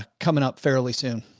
coming up fairly soon?